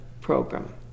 program